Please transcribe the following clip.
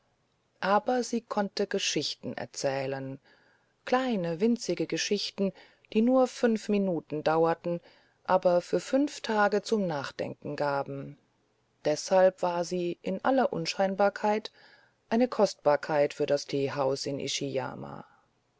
aber sie konnte geschichten erzählen kleine winzige geschichten die nur fünf minuten dauerten aber fünf tage zum nachdenken gaben deshalb war sie in aller unscheinbarkeit eine kostbarkeit für das teehaus in